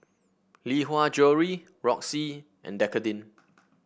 Lee Hwa Jewellery Roxy and Dequadin